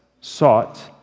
sought